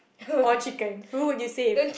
or chicken who would you save